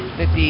50